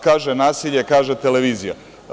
Kaže – nasilje, kaže – televizija.